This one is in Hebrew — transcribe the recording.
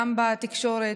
גם בתקשורת,